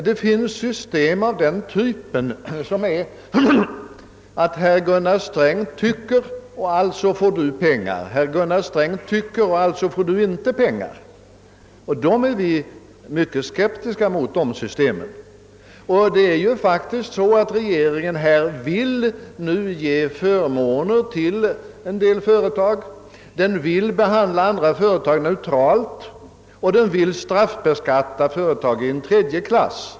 Det finns system av den här typen: »Herr Gunnar Sträng tycker det och det och alltså får du pengar; herr Gunnar Sträng tycker det och det och alltså får du inte pengar.» Mot sådana system är vi mycket skeptiska. Och regeringen vill nu faktiskt ge förmåner till en del företag, behandla andra företag neutralt och straffbeskatta företag i en tredje klass.